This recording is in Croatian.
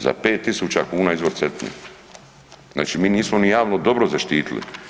Za 5.000 kuna izvor Cetine, znači mi nismo ni javno dobro zaštitili.